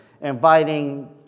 inviting